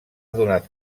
donat